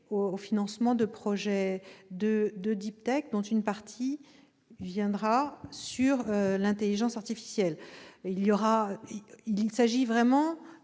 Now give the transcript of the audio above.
financement de projets dits de «», dont une partie sera consacrée à l'intelligence artificielle. Il s'agit vraiment